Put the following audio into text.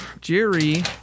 Jerry